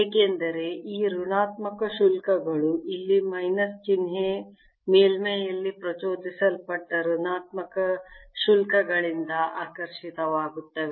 ಏಕೆಂದರೆ ಈ ಋಣಾತ್ಮಕ ಶುಲ್ಕಗಳು ಇಲ್ಲಿ ಮೈನಸ್ ಚಿಹ್ನೆ ಮೇಲ್ಮೈಯಲ್ಲಿ ಪ್ರಚೋದಿಸಲ್ಪಟ್ಟ ಋಣಾತ್ಮಕ ಶುಲ್ಕಗಳಿಂದ ಆಕರ್ಷಿತವಾಗುತ್ತವೆ